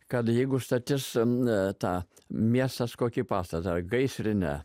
kad jeigu stotis ta miestas kokį pastatą gaisrinę